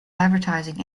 advertising